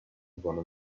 zone